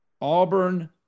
Auburn